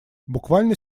буквально